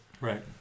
right